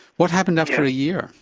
what happened after a year?